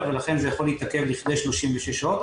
ולכן זה יכול להתעכב לכדי 36 שעות,